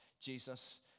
Jesus